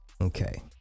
Okay